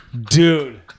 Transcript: Dude